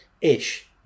Ish